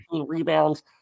rebounds